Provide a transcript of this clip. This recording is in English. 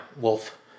wolf